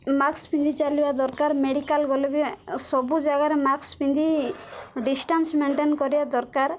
mask ପିନ୍ଧି ଚାଲିବା ଦରକାର ମେଡ଼ିକାଲ୍ ଗଲେ ବି ସବୁ ଜାଗାରେ ମାସ୍କ୍ ପିନ୍ଧି ଡିଷ୍ଟାନ୍ସ ମେଣ୍ଟେନ୍ କରିବା ଦରକାର